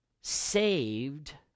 saved